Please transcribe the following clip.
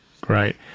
Great